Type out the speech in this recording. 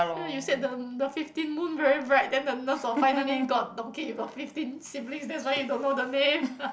here you said the the fifteen moon very bright then the nurse all finally got okay you got fifteen siblings that's why you don't know the name